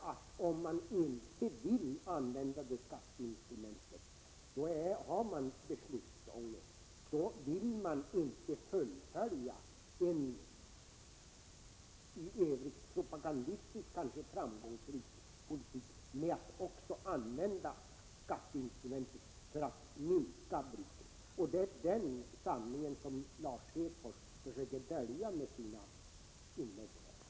Om man inte vill använda beskattningsinstrumentet, då har man beslutsångest. Då vill man inte fullfölja en propagandistiskt kanske framgångsrik politik genom att använda också beskattningsinstrumentet för att minska bruket. Det är den sanningen som Lars Hedfors försöker dölja med sina inlägg här.